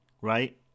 Right